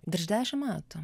virš dešim metų